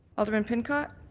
alderman pincott?